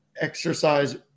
exercise